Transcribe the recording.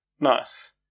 Nice